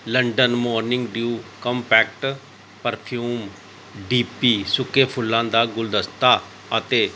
London morning deo compact perfume D P ਸੁੱਕੇ ਫੁੱਲਾਂ ਦਾ ਗੁਲਦਸਤਾ ਅਤੇ